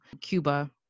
Cuba